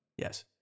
Yes